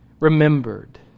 Remembered